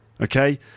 okay